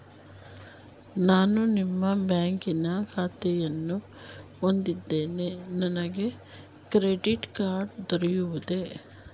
ನಾನು ನಿಮ್ಮ ಬ್ಯಾಂಕಿನಲ್ಲಿ ಖಾತೆಯನ್ನು ಹೊಂದಿದ್ದೇನೆ ನನಗೆ ಕ್ರೆಡಿಟ್ ಕಾರ್ಡ್ ದೊರೆಯುವುದೇ?